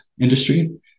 industry